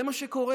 זה מה שקורה.